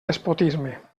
despotisme